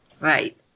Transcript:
Right